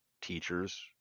teachers